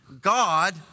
God